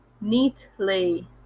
Neatly